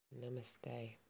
Namaste